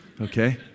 Okay